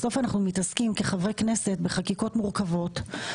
בסוף אנחנו כחברי כנסת מתעסקים בחקיקות מורכבות.